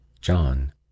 John